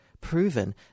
proven